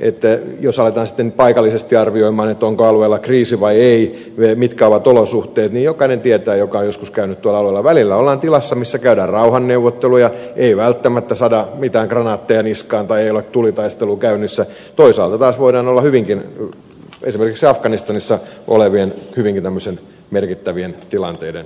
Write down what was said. että jos aletaan sitten paikallisesti arvioida onko alueella kriisi vai ei mitkä ovat olosuhteet niin jokainen joka on joskus käynyt tuolla alueella tietää että välillä ollaan tilassa missä käydään rauhanneuvotteluja ei välttämättä sada mitään kranaatteja niskaan tai ei ole tulitaistelu käynnissä toisaalta taas voidaan olla hyvinkin esimerkiksi afganistanissa tämmöisten merkittävien tilanteiden alla